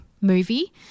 movie